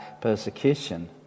persecution